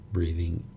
Breathing